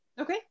Okay